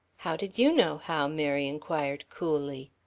how did you know how? mary inquired coolly.